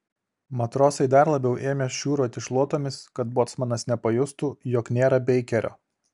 matrosai dar labiau ėmė šiūruoti šluotomis kad bocmanas nepajustų jog nėra beikerio